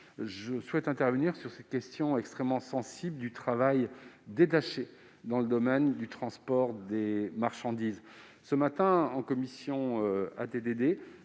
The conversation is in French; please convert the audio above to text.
Je tiens à intervenir sur la question extrêmement sensible du travail détaché dans le domaine du transport de marchandises. Ce matin, en commission,